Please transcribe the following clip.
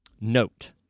note